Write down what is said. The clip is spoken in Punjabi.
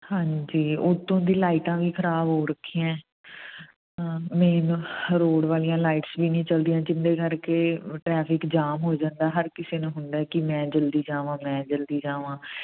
ਹਾਂਜੀ ਉਤੋਂ ਦੀ ਲਾਈਟਾਂ ਵੀ ਖ਼ਰਾਬ ਹੋ ਰੱਖੀਆਂ ਮੇਨ ਰੋਡ ਵਾਲੀਆਂ ਲਾਈਟਸ ਵੀ ਨਹੀਂ ਚਲਦੀਆਂ ਜਿਹਦੇ ਕਰਕੇ ਟਰੈਫਿਕ ਜਾਮ ਹੋ ਜਾਂਦਾ ਹਰ ਕਿਸੇ ਨੂੰ ਹੁੰਦਾ ਕਿ ਮੈਂ ਜਲਦੀ ਜਾਵਾ ਮੈਂ ਜਲਦੀ ਜਾਵਾਂ